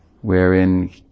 wherein